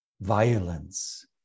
violence